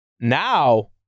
now